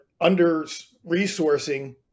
under-resourcing